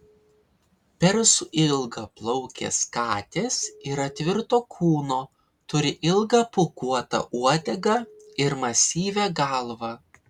persų ilgaplaukės katės yra tvirto kūno turi ilgą pūkuotą uodegą ir masyvią galvą